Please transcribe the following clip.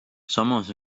samas